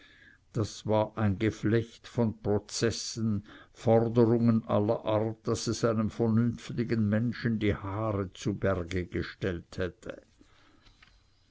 das war ein geflecht von prozessen forderungen aller art daß es einem vernünftigen menschen die haare zu berge gestellt hätte